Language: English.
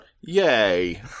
Yay